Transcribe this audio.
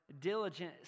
diligent